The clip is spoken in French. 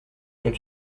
sont